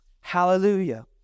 Hallelujah